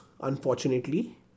unfortunately